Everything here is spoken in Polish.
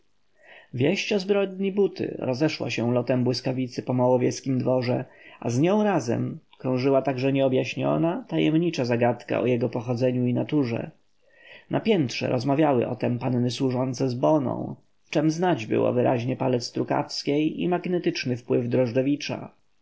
wieść o zbrodni buty rozeszła się lotem błyskawicy po małowieskim dworze a z nią razem krążyła także nieobjaśniona tajemnicza zagadka o jego pochodzeniu i naturze na piętrze rozmawiały o tem panny służące z boną w czem znać było wyraźnie palec trukawskiej i magnetyczny wpływ drożdżewicza